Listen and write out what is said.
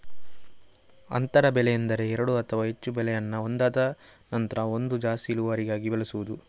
ಅಂತರ ಬೆಳೆ ಎಂದರೆ ಎರಡು ಅಥವಾ ಹೆಚ್ಚು ಬೆಳೆಯನ್ನ ಒಂದಾದ ನಂತ್ರ ಒಂದು ಜಾಸ್ತಿ ಇಳುವರಿಗಾಗಿ ಬೆಳೆಸುದು